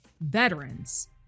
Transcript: Veterans